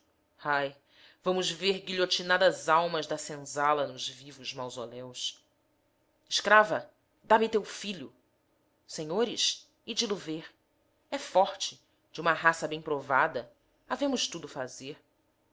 ai vamos ver guilhotinadas almas da senzala nos vivos mausoléus escrava dá-me teu filho senhores ide lo ver é forte de uma raça bem provada havemos tudo fazer